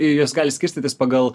jos gali skirstytis pagal